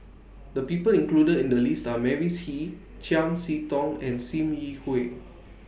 The People included in The list Are Mavis Hee Chiam See Tong and SIM Yi Hui